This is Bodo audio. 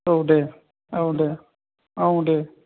औ दे औ दे औ दे